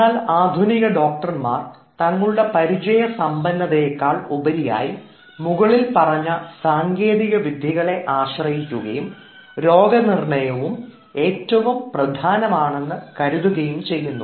എന്നാൽ ആധുനിക ഡോക്ടർമാർ തങ്ങളുടെ പരിചയസമ്പന്നതയെക്കാൾ ഉപരിയായി മുകളിൽ പറഞ്ഞ സാങ്കേതികവിദ്യകളെ ആശ്രയിക്കുകയും രോഗനിർണയം ഏറ്റവും പ്രധാനമാണെന്ന് കരുതുകയും ചെയ്യുന്നു